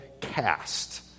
cast